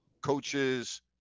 coaches